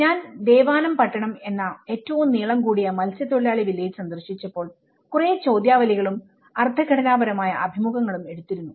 ഞാൻ ദേവാനംപട്ടണം എന്ന ഏറ്റവും നീളം കൂടിയ മത്സ്യതൊഴിലാളി വില്ലേജ് സന്ദർശിച്ചപ്പോൾ കുറേ ചോദ്യാവലികളുംഅർദ്ധഘടനാപരമായ അഭിമുഖങ്ങളും എടുത്തിരുന്നു